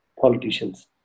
politicians